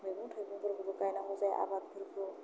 मैगं थायगंफोरखौ गायनांगौ जायो आबाद फोरखौ